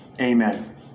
amen